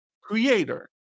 creator